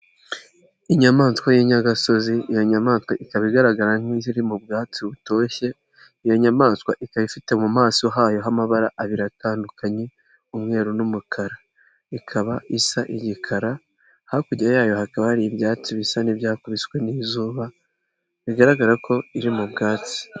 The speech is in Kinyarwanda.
inyamaswa y'inyagasozi, iyo nyamaswa ikaba igaragara nk'iziri mu bwatsi butoshye, iyo nyamaswa ikaba ifite mu maso hayo h'amabara abiri atandukanye, umweru n'umukara. ikaba isa igikara, hakurya yayo hakaba hari ibyatsi bisa n'ibyakubiswe n'izuba, bigaragara ko iri mu byatsi.